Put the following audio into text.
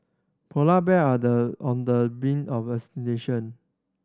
polar bear the on the brink of